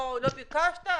לא ביקשת,